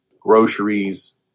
groceries